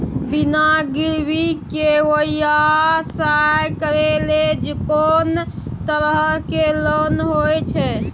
बिना गिरवी के व्यवसाय करै ले कोन तरह के लोन होए छै?